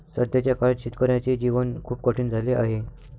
सध्याच्या काळात शेतकऱ्याचे जीवन खूप कठीण झाले आहे